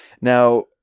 Now